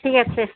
ঠিক আছে